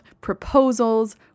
proposals